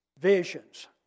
Visions